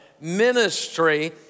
ministry